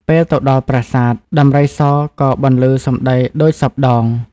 ពេលទៅដល់ប្រាសាទ ដំរីសក៏បន្លឺសម្តីដូចសព្វដង ។